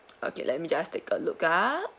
okay let me just take a look ah